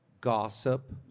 gossip